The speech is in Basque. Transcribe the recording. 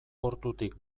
portutik